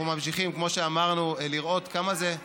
אנחנו ממשיכים, כמו שאמרנו, לראות כמה זה,